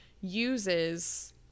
uses